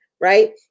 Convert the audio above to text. right